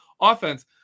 offense